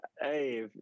hey